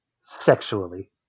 sexually